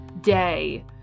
day